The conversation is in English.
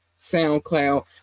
SoundCloud